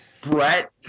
Brett